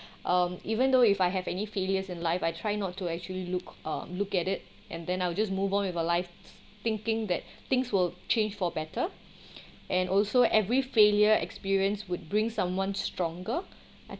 um even though if I have any failures in life I try not to actually look uh look at it and then I will just move on with a life thinking that things will change for better and also every failure experience would bring someone stronger